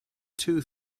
two